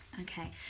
okay